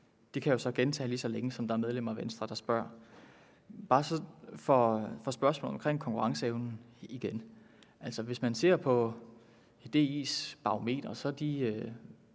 det kan jeg jo gentage, lige så længe som der er medlemmer af Venstre, der spørger. Så igen til spørgsmålet omkring konkurrenceevnen. Hvis man ser på DI's barometer, vil